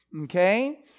Okay